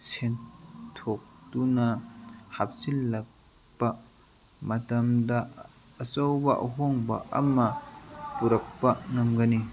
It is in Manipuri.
ꯁꯦꯜꯊꯣꯛꯇꯨꯅ ꯍꯥꯞꯆꯤꯜꯂꯛꯄ ꯃꯇꯝꯗ ꯑꯆꯧꯕ ꯑꯍꯣꯡꯕ ꯑꯃ ꯄꯨꯔꯛꯄ ꯉꯝꯒꯅꯤ